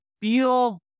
feel